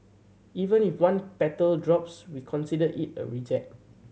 even if one petal drops we consider it a reject